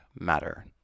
matter